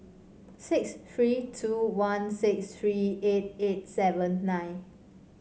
six three two one six three eight eight seven nine